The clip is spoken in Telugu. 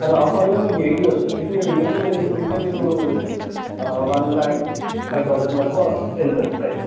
అది ఆఫర్లో మీకు ఎయిటీ వస్తుంది మీరు ఈఎమ్ఐలో తీసుకుంటే మీకు వన్ లాక్ ఫైవ్ థౌజండ్ వరకు వెళుతుంది ప్రైస్